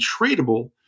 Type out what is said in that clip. tradable